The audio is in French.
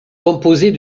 composée